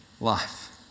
life